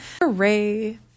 Hooray